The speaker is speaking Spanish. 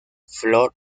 flor